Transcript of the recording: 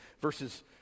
verses